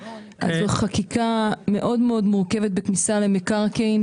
זאת חקיקה מאוד מאוד מורכבת בכניסה למקרקעין,